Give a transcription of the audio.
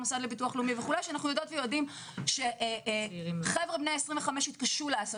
במוסד לביטוח לאומי וכולי שאנחנו יודעים שחבר'ה בני 25 יתקשו לעשות.